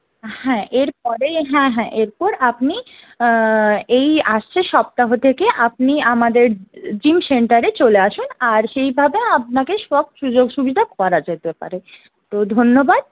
হ্যাঁ এর পরেই হ্যাঁ হ্যাঁ এরপর আপনি এই আসছে সপ্তাহ থেকে আপনি আমাদের জিম সেন্টারে চলে আসুন আর সেইভাবে আপনাকে সব সুযোগ সুবিধা করা যেতে পারে তো ধন্যবাদ